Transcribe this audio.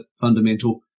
fundamental